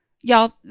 y'all